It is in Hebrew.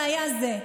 זה היה זה.